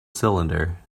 cylinder